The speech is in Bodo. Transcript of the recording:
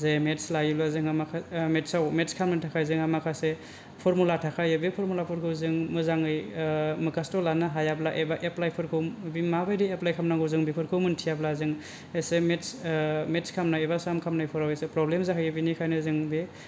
जे मेटस लायोब्ला जोंहा मेटस आव मेटस खामानिनि थाखाय जोंहा माखासे फरमुला थाखायो बे फरमुला फोरखौ जों मोजाङै मखास्थ' लानो हायाब्ला एबा एप्लाय फोरखौ बे माबादि एप्लाय खालामनांगौ जों बेफोरखौ मोनथियाब्ला जों एसे मेट्स मेट्स खालामनाय एबा साम खालामनायफोराव एसे प्रब्लेम जाहैयो बिनिखायनो जों बे